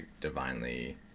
divinely